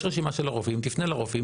יש רשימה של הרופאים, תפנה לרופאים.